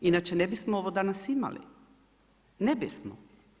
Inače ne bismo ovo danas imali, ne bismo.